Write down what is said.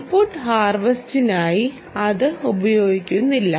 input ഹാർവെസ്റ്റിനായി അത് ഉപയോഗിക്കുന്നില്ല